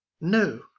No